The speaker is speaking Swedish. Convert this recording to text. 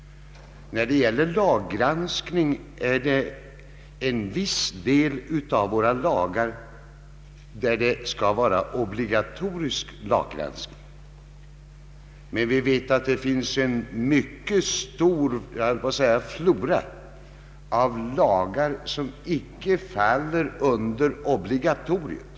Vad gäller lagrådsgranskning så skall en viss del av våra lagar underkastas en obligatorisk sådan, men vi vet att det finns en mycket stor flora av lagar som icke faller under obligatoriet.